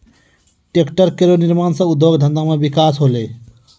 tractor केरो निर्माण सँ उद्योग धंधा मे बिकास होलै